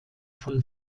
von